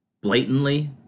blatantly